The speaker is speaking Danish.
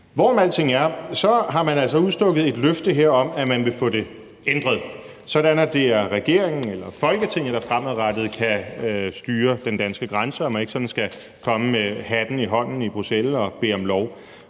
Hvorom alting er, så har man altså her udstukket et løfte om, at man vil få det ændret, sådan at det er regeringen eller Folketinget, der fremadrettet kan styre den danske grænse, og hvor man ikke sådan skal komme med hatten i hånden i Bruxelles og bede om lov.